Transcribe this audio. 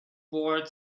brought